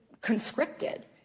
conscripted